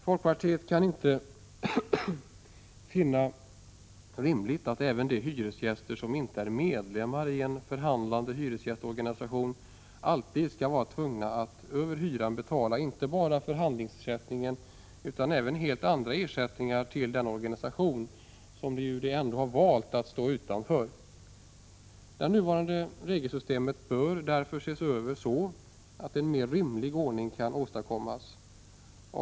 Folkpartiet kan inte finna det rimligt att även de hyresgäster som inte är medlemmar i en förhandlande hyresgästorganisation alltid skall vara tvungna att över hyran betala inte bara förhandlingsersättning utan även helt andra ersättningar till den organisation som de ändå valt att stå utanför. Det nuvarande regelsystemet bör ses över, så att en mer rimlig ordning kan åstadkommas.